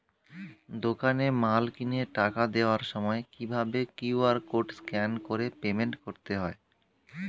দোকানে মাল কিনে টাকা দেওয়ার সময় কিভাবে কিউ.আর কোড স্ক্যান করে পেমেন্ট করতে হয়?